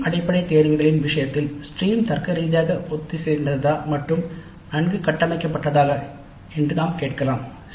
stream அடிப்படை தேர்வுகளின் விஷயத்தில் ஸ்ட்ரீம் தர்க்கரீதியாக ஒத்திசைந்ததா மற்றும் நன்கு கட்டமைக்கப்பட்டதா என்று நாம் கேட்கலாம்